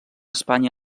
espanya